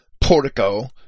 portico